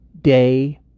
day